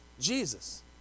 jesus